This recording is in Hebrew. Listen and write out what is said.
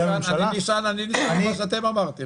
הממשלה --- אני נשען על מה שאתם אמרתם,